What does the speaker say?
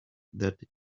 that